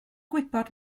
gwybod